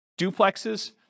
duplexes